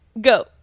Go